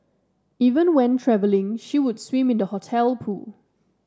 even when travelling she would swim in the hotel pool